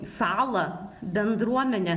salą bendruomenę